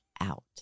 out